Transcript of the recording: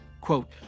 quote